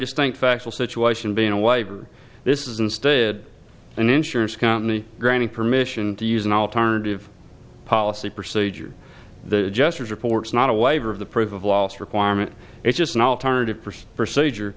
distinct factual situation being a waiver this is instead an insurance company granting permission to use an alternative policy procedure the jesters reports not a waiver of the proof of loss requirement it's just not alternative